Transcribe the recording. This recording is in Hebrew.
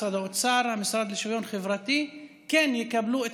משרד האוצר והמשרד לשוויון חברתי כן יקבלו את